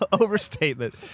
overstatement